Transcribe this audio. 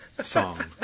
song